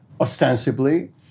ostensibly